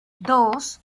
dos